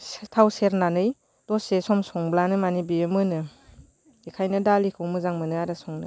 थाव सेरनानै दसे सम संब्लानो माने बेयो मोनो बेखायनो दालिखौ मोजां मोनो आरो संनो